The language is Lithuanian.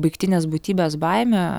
baigtinės būtybės baimė